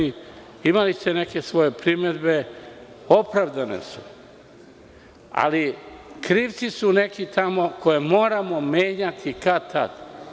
Imali ste neke svoje primedbe i one su opravdane, ali krivci su neki tamo koje moramo menjati kad-tad.